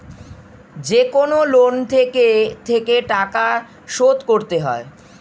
যেকনো লোনে থেকে থেকে টাকা শোধ করতে হয়